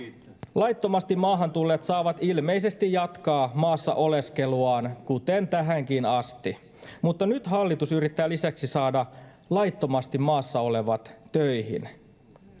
laittomasti maahan tulleet saavat ilmeisesti jatkaa maassa oleskeluaan kuten tähänkin asti mutta nyt hallitus yrittää lisäksi saada laittomasti maassa olevat töihin